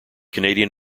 canadian